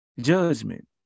Judgment